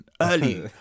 early